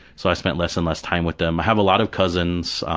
so i spent less and less time with them. i have a lot of cousins,